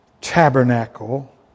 tabernacle